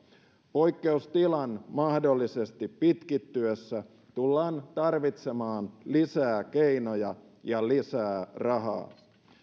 poikkeustilan mahdollisesti pitkittyessä tullaan tarvitsemaan lisää keinoja ja lisää rahaa